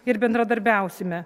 ir bendradarbiausime